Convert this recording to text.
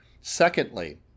Secondly